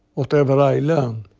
whatever i learn.